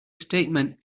statement